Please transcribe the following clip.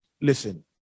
listen